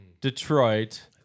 Detroit